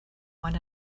one